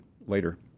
later